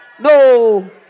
No